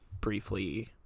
briefly